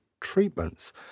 treatments